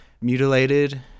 mutilated